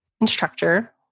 instructor